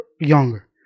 younger